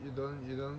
you don't you don't